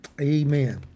Amen